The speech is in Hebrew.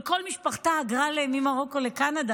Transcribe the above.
אבל כל משפחתה היגרה ממרוקו לקנדה,